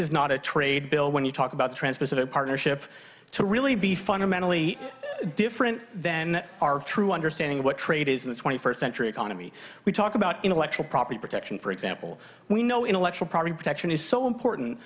is not a trade bill when you talk about the transpacific partnership to really be fundamentally different then our true understanding of what trade is in the twenty first century economy we talk about intellectual property protection for example we know intellectual property protection is so important